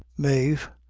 mave,